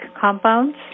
compounds